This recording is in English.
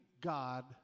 God